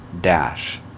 dash